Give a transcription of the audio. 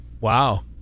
Wow